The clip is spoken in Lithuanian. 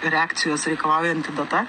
reakcijos reikalaujanti data